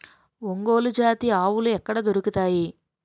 ఒంగోలు జాతి ఆవులు ఎక్కడ దొరుకుతాయి?